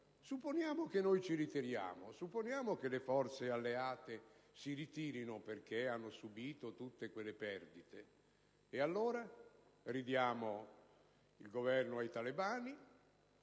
Supponiamo che ci ritiriamo, che le forze alleate si ritirino perché hanno subito tutte quelle perdite: e allora? Ridiamo il Governo ai talebani;